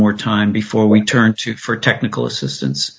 more time before we turn to for technical assistance